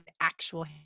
actual